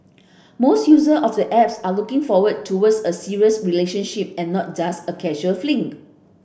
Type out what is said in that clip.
most user of the apps are looking forward towards a serious relationship and not just a casual fling